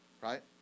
right